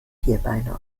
vierbeiner